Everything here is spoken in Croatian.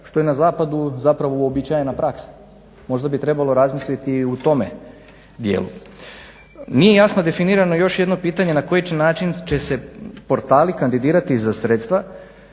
što je na zapadu zapravo uobičajena praksa. Možda bi trebalo razmisliti i u tome dijelu. Nije jasno definirano još jedno pitanje na koji način će se portali kandidirati za sredstva